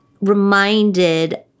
reminded